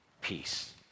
peace